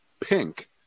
pink